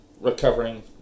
recovering